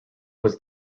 was